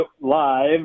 live